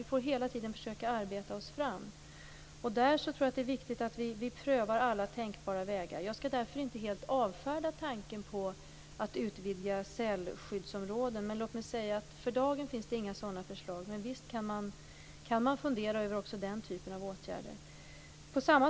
Vi får hela tiden försöka arbeta oss fram. Det är viktigt att vi prövar alla tänkbara vägar. Jag skall därför inte helt avfärda tanken på att utvidga sälskyddsområden. För dagen finns inga sådana förslag. Visst kan man fundera över den typen av åtgärder.